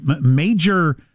major